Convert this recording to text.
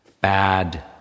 bad